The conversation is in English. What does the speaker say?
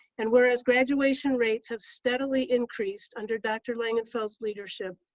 and whereas graduation rates have steadily increased under dr. langenfeld's leadership,